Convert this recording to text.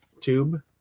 tube